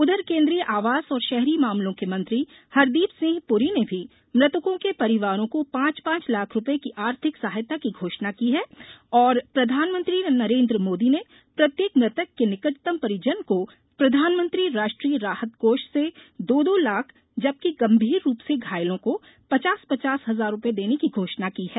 उधर केन्द्रीय आवास और शहरी मामलों के मंत्री हरदीप सिंह पुरी ने भी मृतकों के परिवारों को पांच पांच लाख रुपये की आर्थिक सहायता की घोषणा की है और प्रधानमंत्री नरेन्द्र मोदी ने प्रत्येक मृतक के निकटतम परिजन को प्रधानमंत्री राष्ट्रीय राहत कोष से दो दो लाख जबकि गंभीर रूप से घायलों को पचास पचास हजार रुपये देने की घोषणा की है